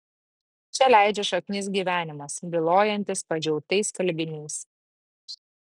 čia leidžia šaknis gyvenimas bylojantis padžiautais skalbiniais